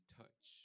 touch